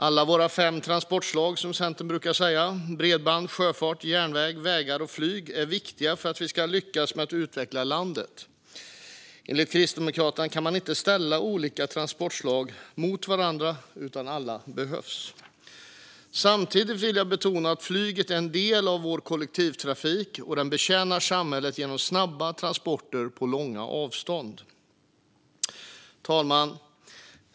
Alla våra fem transportslag, som Centern brukar säga, det vill säga bredband, sjöfart, järnväg, väg och flyg, är viktiga för att vi ska lyckas med att utveckla landet. Enligt Kristdemokraterna kan man inte ställa olika transportslag mot varandra, utan alla behövs. Samtidigt vill jag betona att flyget är en del av vår kollektivtrafik och betjänar samhället genom snabba transporter på långa avstånd. Herr talman!